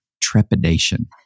trepidation